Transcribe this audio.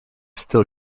still